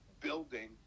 building